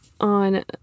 on